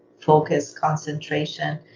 focus, concentration.